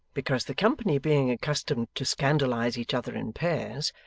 because the company being accustomed to scandalise each other in pairs,